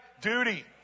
duty